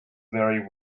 vary